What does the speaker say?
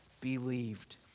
believed